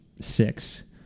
six